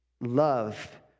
Love